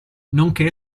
nonché